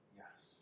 yes